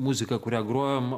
muzika kurią grojom